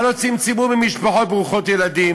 הלוא צמצמו במשפחות ברוכות ילדים,